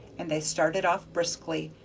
and they started off briskly,